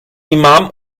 imam